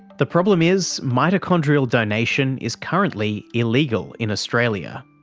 the problem is, mitochondrial donation is currently illegal in australia.